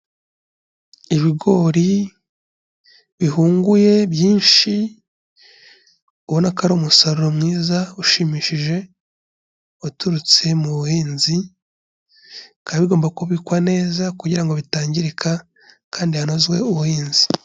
Ibigori bihunguye byinshi ubona ko ari umusaruro mwiza ushimishije waturutse mu buhinzi, bikaba bigomba kubikwa neza kugira ngo bitangirika kandi hanozwe ubuhinzi.